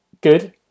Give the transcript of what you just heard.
good